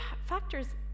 factors